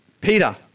Peter